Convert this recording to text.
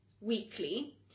weekly